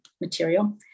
material